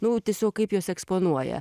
nu tiesiog kaip juos eksponuoja